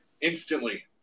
instantly